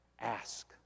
ask